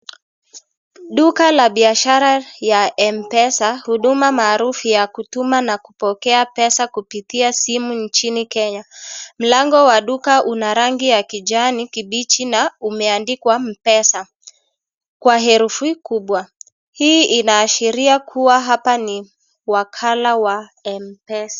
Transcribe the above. Duka la biashara ya Mpesa. Huduma maarufu ya kutuma na kupokea pesa kupitia simu nchini Kenya. Mlango wa duka una rangi ya kijani kibichi na umeandikwa Mpesa kwa herufi kubwa. Hii inaashiria kuwa, hapa ni wakala wa Mpesa.